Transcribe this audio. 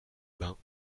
bains